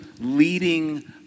leading